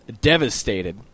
devastated